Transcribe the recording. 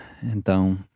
Então